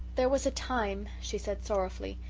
there was a time, she said sorrowfully,